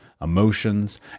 emotions